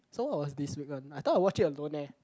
so what was this week one I thought I watch it alone eh